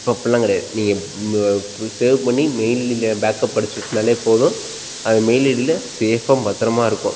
இப்போ அப்படிலாம் கிடையாது நீங்கள் சேவ் பண்ணி மெயிலில் பேக்அப் அடித்து வெச்சுருந்தாலே போதும் அது மெயில் ஐடியில் சேஃபாக பத்திரமாக இருக்கும்